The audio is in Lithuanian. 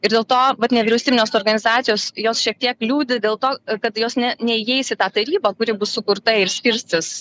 ir dėl to vat nevyriausybinės organizacijos jos šiek tiek liūdi dėl to kad jos ne neįeis į tą tarybą kuri bus sukurta ir skirstys